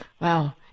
Wow